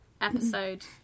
episode